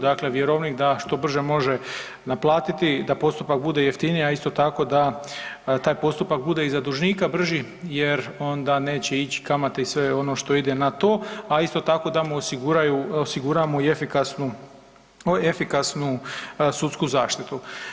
Dakle, vjerovnik da što brže može naplatiti, da postupak bude jeftiniji, a isto tako da taj postupak bude i za dužnika brži jer onda neće ići kamate i sve ono što ide na to, a isto tako da mu osiguraju, osiguramo i efikasnu, efikasnu sudsku zaštitu.